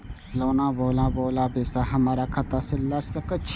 Loan वाला पैसा हमरा खाता से लाय सके छीये?